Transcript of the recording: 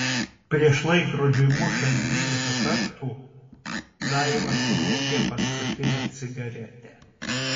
prieš laikrodžiui mušant dvylika kartų daiva surūkė paskutinę cigaretę